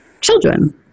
children